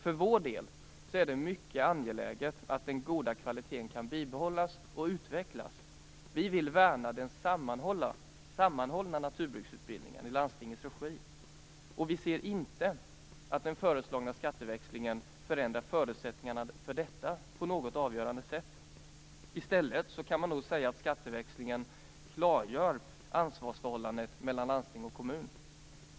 För vår del är det mycket angeläget att den goda kvaliteten kan behållas och utvecklas. Vi vill värna den sammanhållna naturbruksutbildningen i landstingens regi. Vi ser inte att den föreslagna skatteväxlingen förändrar förutsättningarna för detta på något avgörande sätt. I stället kan man nog säga att skatteväxlingen klargör ansvarsförhållandet mellan landsting och kommun.